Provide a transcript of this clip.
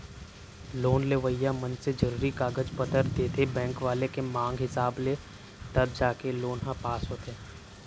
loan लेवइया मनसे जरुरी कागज पतर देथे बेंक वाले के मांग हिसाब ले तब जाके लोन ह पास होथे